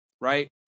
right